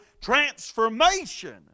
transformation